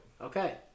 Okay